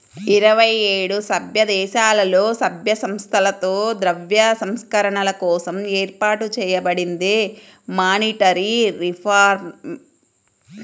ఇరవై ఏడు సభ్యదేశాలలో, సభ్య సంస్థలతో ద్రవ్య సంస్కరణల కోసం ఏర్పాటు చేయబడిందే మానిటరీ రిఫార్మ్